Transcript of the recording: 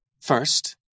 First